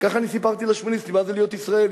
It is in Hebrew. ככה אני סיפרתי לשמיניסטים מה זה להיות ישראלי,